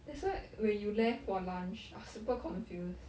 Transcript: that's why when you left for lunch I was super confuse